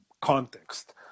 context